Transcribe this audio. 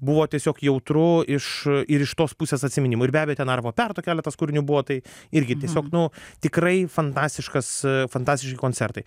buvo tiesiog jautru iš ir iš tos pusės atsiminimų ir be abejo ten narvo perto keletas kūrinių buvo tai irgi tiesiog nu tikrai fantastiškas fantastiški koncertai